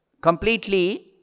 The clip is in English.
completely